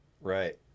right